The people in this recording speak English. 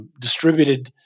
distributed